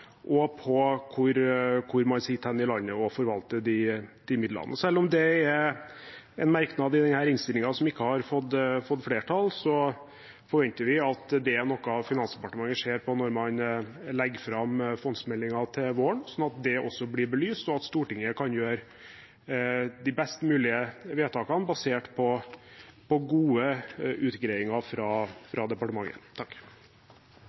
er en merknad i denne innstillingen som ikke har fått flertall, forventer vi at det er noe Finansdepartementet ser på når man legger fram fondsmeldingen til våren, sånn at det også blir belyst, og at Stortinget kan gjøre de best mulige vedtakene basert på gode utgreiinger fra